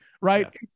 right